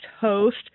host